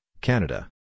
Canada